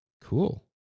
cool